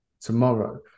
tomorrow